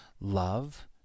love